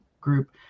group